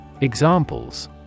Examples